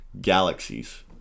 galaxies